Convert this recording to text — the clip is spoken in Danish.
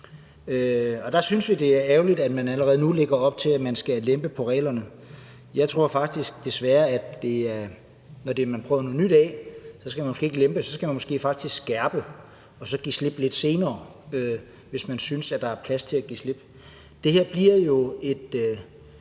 – synes vi, det er ærgerligt, at man allerede nu lægger op til, at man skal lempe på reglerne. Når man prøver noget nyt af, tror jeg måske ikke, man skal lempe. Så skal man måske skærpe noget og så give slip lidt senere, hvis man synes, at der er plads til at give slip. Det her bliver jo